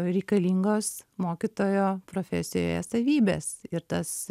reikalingos mokytojo profesijoje savybės ir tas